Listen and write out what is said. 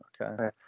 Okay